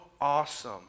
awesome